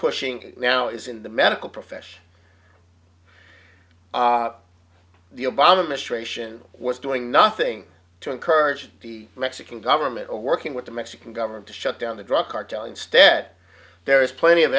pushing now is in the medical profession the obama administration was doing nothing to encourage the mexican government or working with the mexican government to shut down the drug cartel instead there is plenty of